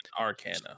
Arcana